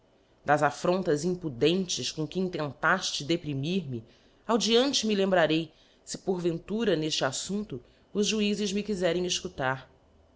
das aflfirontas impudentes com que intentafte deprimir me ao deante me lembrarei fe por entura n efte affumpto os juizes me quizerem efcutar